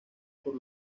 por